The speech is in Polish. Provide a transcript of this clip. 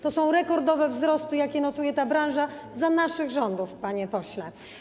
To są rekordowe wzrosty, jakie notuje ta branża za naszych rządów, panie pośle.